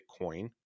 Bitcoin